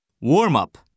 Warm-up